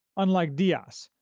unlike dias,